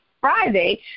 Friday